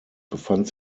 befand